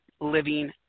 living